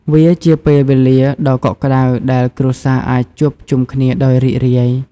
វាជាពេលវេលាដ៏កក់ក្តៅដែលគ្រួសារអាចជួបជុំគ្នាដោយរីករាយ។